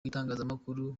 itangazamakuru